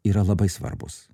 yra labai svarbus